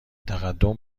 تقدم